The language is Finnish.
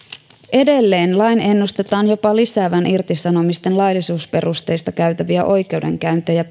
edelleen lain ennustetaan jopa lisäävän irtisanomisten laillisuusperusteista käytäviä oikeudenkäyntejä